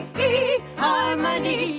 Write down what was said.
e-harmony